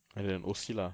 and an O_C lah